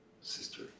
sister